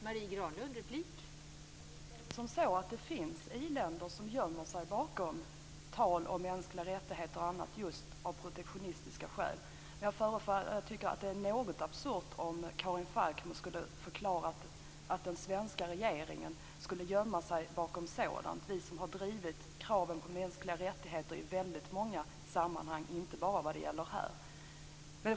Fru talman! Visst finns det i-länder som gömmer sig bakom tal om mänskliga rättigheter och annat just av protektionistiska skäl, men jag tycker att det är absurt om Karin Falkmer säger att den svenska regeringen gömmer sig bakom sådant. Vi har ju drivit kraven på mänskliga rättigheter i väldigt många sammanhang - inte bara här.